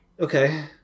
Okay